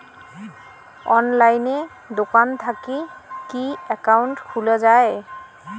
অনলাইনে দোকান থাকি কি একাউন্ট খুলা যায়?